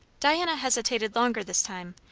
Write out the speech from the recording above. diana hesitated longer this time,